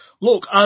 look